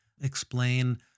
explain